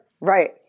right